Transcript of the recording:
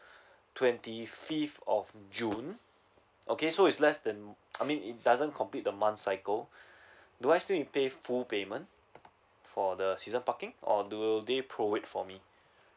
twenty fifth of june okay so is less than I mean it doesn't complete the month cycle do I still in pay full payment for the season parking or do they prorate for me